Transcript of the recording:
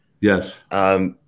Yes